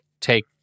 take